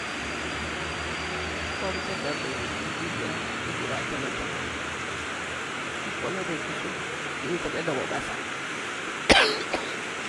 Akwa chah dabba yare nati hira ihir atolo tolo ki pulada sumsum kiwutu da da kwa ɓatha